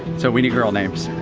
so we need girl names.